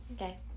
Okay